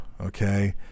Okay